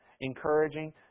encouraging